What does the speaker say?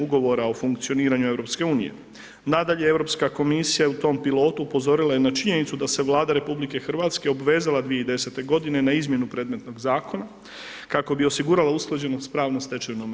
Ugovora o funkcioniranju EU, nadalje Europska komisija je u tom pilotu upozorila i na činjenicu da se Vlada RH obvezala 2010. godine na izmjenu predmetnog zakona kako bi osigurala usklađenost s pravnom stečevinom EU.